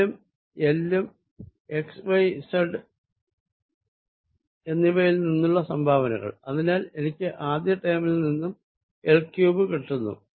L ഉം L ഉം x y z എന്നിവയിൽ നിന്നുള്ള സംഭാവനകൾ അതിനാൽ എനിക്ക് ആദ്യ ടേമിൽ നിന്നും L ക്യൂബ്ഡ് കിട്ടുന്നു